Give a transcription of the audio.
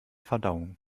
verdauung